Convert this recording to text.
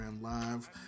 Live